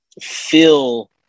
feel